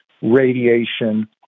radiation